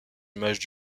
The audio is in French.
images